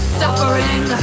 suffering